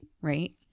Right